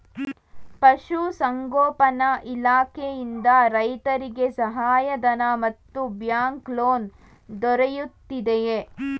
ಪಶು ಸಂಗೋಪನಾ ಇಲಾಖೆಯಿಂದ ರೈತರಿಗೆ ಸಹಾಯ ಧನ ಮತ್ತು ಬ್ಯಾಂಕ್ ಲೋನ್ ದೊರೆಯುತ್ತಿದೆಯೇ?